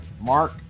mark